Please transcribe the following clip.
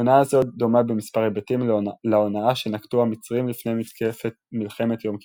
הונאה זו דומה במספר היבטים להונאה שנקטו המצרים לפני מלחמת יום כיפור.